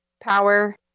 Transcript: power